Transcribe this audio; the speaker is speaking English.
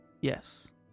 Yes